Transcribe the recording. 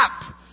stop